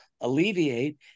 alleviate